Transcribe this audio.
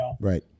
right